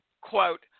quote